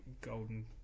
golden